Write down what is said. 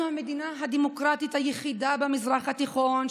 המדינה הדמוקרטית היחידה במזרח התיכון,